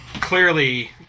Clearly